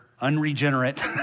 unregenerate